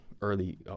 early